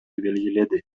белгиледи